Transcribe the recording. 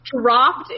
dropped